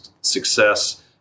success –